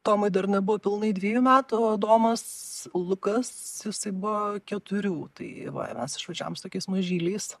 tomui dar nebuvo pilnai dviejų metų o adomas lukas jisai buvo keturių tai va mes išvažiavom su tokiais mažyliais